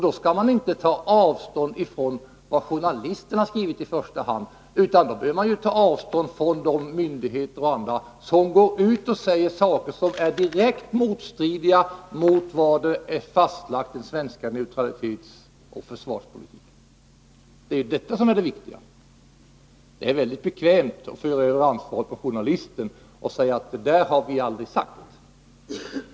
Då skall man inte i första hand ta avstånd från vad journalisten har skrivit, utan man bör ta avstånd från de myndigheter och andra som går ut och säger saker som är direkt motstridiga mot vad som är fastlagt för den svenska neutralitetsoch försvarspolitiken. Det är det som är det viktiga. Det är mycket bekvämt att föra över ansvaret på journalisten och säga att det han har skrivit har man aldrig sagt.